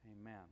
Amen